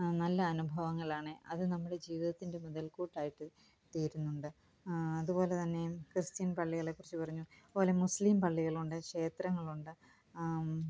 നല്ല അനുഭവങ്ങളാണ് അത് നമ്മുടെ ജീവിതത്തിന്റെ മുതല്ക്കൂട്ടായിട്ട് തീരുന്നുണ്ട് അത്പോലെ തന്നെ ക്രിസ്റ്റ്യന് പള്ളികളെ കുറിച്ച് പറഞ്ഞു അത്പോലെ മുസ്ലീം പള്ളികളുണ്ട് ക്ഷേത്രങ്ങളുണ്ട്